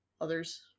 others